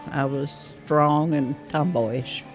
i was strong and tomboyish,